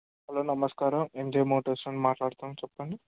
hello నమస్కారం MG Motors నుంచి మాట్లాడుతున్నాం చెప్పండి